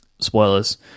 Spoilers